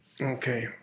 Okay